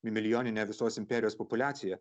milijoninę visos imperijos populiaciją